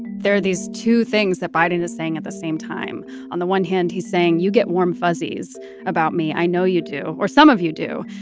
there are these two things that biden is saying at the same time. on the one hand, he's saying, you get warm fuzzies about me. i know you do, or some of you do.